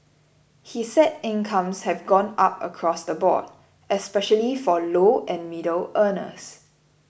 he said incomes have gone up across the board especially for low and middle earners